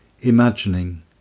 imagining